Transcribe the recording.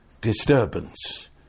Disturbance